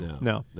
No